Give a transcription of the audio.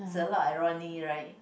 it's a lot irony right